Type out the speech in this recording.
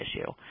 issue